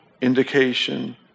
indication